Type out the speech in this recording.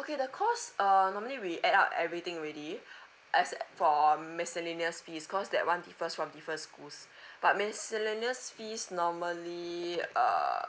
okay the cost uh normally we add up everything already except for miscellaneous fees cause that one differs from different schools but miscellaneous fees normally err